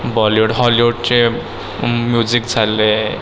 Bollywood हॉलीवुडचे music चालले